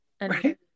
right